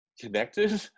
connected